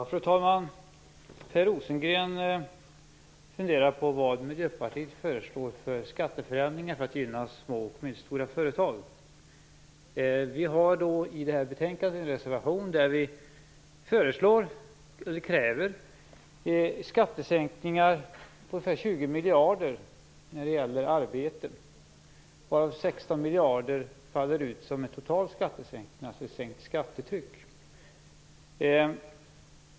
Fru talman! Per Rosengren funderar på vad Miljöpartiet föreslår för skatteförändringar för att gynna små och medelstora företag. Vi har i det här betänkandet en reservation där vi föreslår, eller kräver, skattesänkningar på ungefär 20 miljarder när det gäller arbete, varav 16 miljarder faller ut som en total skattesänkning, alltså ett sänkt skattetryck.